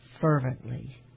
fervently